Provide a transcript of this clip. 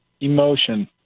emotion